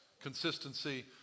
consistency